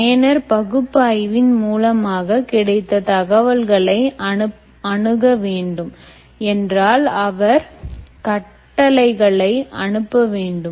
பயனர் பகுப்பாய்வின் மூலமாக கிடைத்த தகவல்களை அணுக வேண்டும் என்றால் அவர் கட்டளைகளை அனுப்ப வேண்டும்